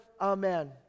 Amen